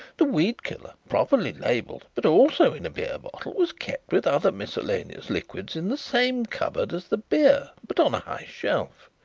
the weed-killer, properly labelled, but also in a beer bottle, was kept with other miscellaneous liquids in the same cupboard as the beer but on a high shelf.